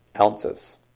ounces